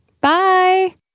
Bye